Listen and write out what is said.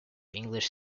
english